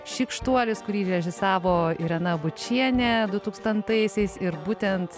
šykštuolis kurį režisavo irena bučienė dutūkstantaisiais ir būtent